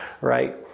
right